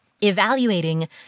evaluating